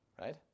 right